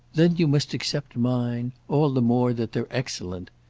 then you must accept mine all the more that they're excellent.